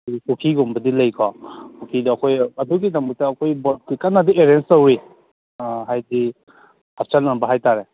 ꯄꯨꯈ꯭ꯔꯤꯒꯨꯝꯕꯗꯤ ꯂꯩꯀꯣ ꯄꯨꯈ꯭ꯔꯤꯗ ꯑꯩꯈꯣꯏ ꯑꯗꯨꯒꯤꯗꯃꯝꯛꯇ ꯑꯩꯈꯣꯏ ꯕꯣꯠꯀꯤ ꯀꯟꯅꯗꯤ ꯑꯦꯔꯦꯟꯖ ꯇꯧꯔꯤ ꯍꯥꯏꯗꯤ ꯑꯆꯟꯅꯕ ꯍꯥꯏꯇꯥꯔꯦ